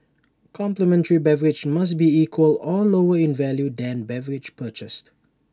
complimentary beverage must be equal or lower in value than beverage purchased